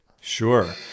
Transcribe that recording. Sure